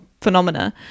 phenomena